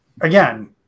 again